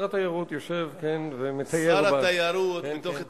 שר התיירות, מתוך צניעות,